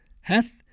Hath